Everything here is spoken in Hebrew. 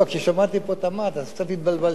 כששמעתי פה תמ"ת קצת התבלבלתי.